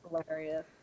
hilarious